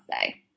say